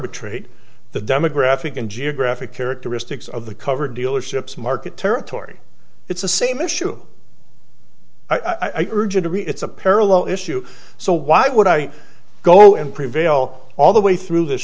arbitrate the demographic and geographic characteristics of the covered dealerships market territory it's the same issue i urge you to be it's a parallel issue so why would i go and prevail all the way through this